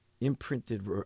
imprinted